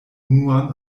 unuan